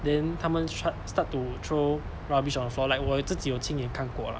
then 他们 start start to throw rubbish on the floor like 我有自己有亲眼看过啦